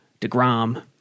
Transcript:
DeGrom